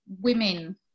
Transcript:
women